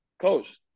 coach